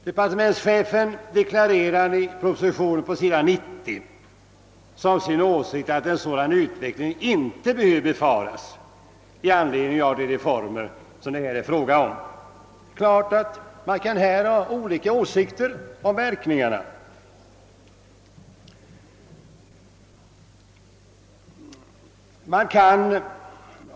Departementschefen deklarerar på s. 90 i propositionen som sin åsikt, att en sådan utveckling inte behöver befaras i anledning av de reformer det här är fråga om. Det är dock klart att man kan ha olika åsikter om verkningarna.